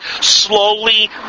slowly